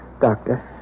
Doctor